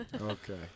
okay